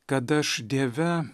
kad aš dieve